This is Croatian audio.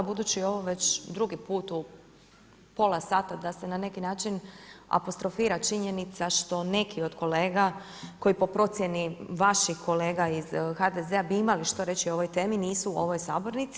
Budući da je ovo već drugi put u pola sata da se na neki način apostrofira činjenica što neki od kolega koji po procjeni vaših kolega iz HDZ-a bi imali što reći o ovoj temi nisu u ovoj sabornici.